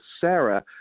Sarah